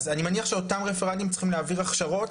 אז אני מניח שאותם רפרנטים צריכים להעביר הכשרות.